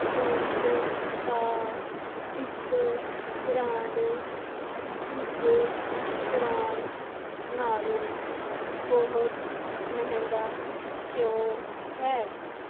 ਬੰਸ ਦਾ ਇੱਕ ਬ੍ਰਾਂਡ ਦੂਜੇ ਬ੍ਰਾਂਡ ਨਾਲੋਂ ਬਹੁਤ ਮਹਿੰਗਾ ਕਿਉਂ ਹੈ